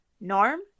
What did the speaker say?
Norm